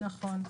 נכון.